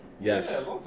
Yes